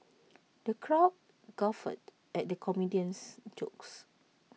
the crowd guffawed at the comedian's jokes